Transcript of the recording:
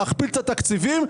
להכפיל את התקציבים,